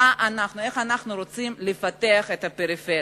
איך אנחנו רצים לפתח את הפריפריה?